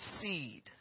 seed